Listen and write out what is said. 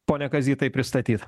pone kazy taip pristatyt